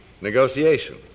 negotiation